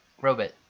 Robot